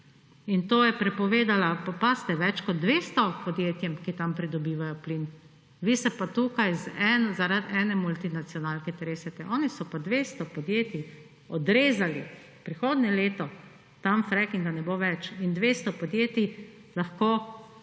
In to je prepovedala, pazite, več kot 200 podjetjem, ki tam pridobivajo plin, vi se pa tukaj zaradi ene multinacionalke tresete. Oni so pa 200 podjetij odrezali, prihodnje leto tam frackinga ne bo več. In 200 podjetij lahko zapre svojo